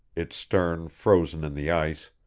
its stern frozen in the ice,